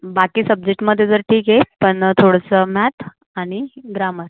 बाकी सबजेक्टमध्ये तर ठीक आहे पण थोडंसं मॅथ आणि ग्रामर